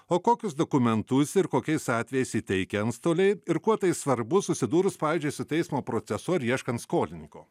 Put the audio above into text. o kokius dokumentus ir kokiais atvejais įteikia antstoliai ir kuo tai svarbu susidūrus pavyzdžiui su teismo procesu ar ieškant skolininko